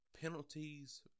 Penalties